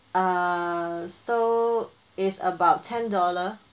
err so it's about ten dollar